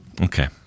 okay